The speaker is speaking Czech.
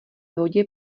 vodě